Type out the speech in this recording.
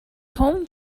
home